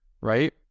right